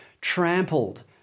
trampled